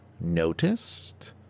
noticed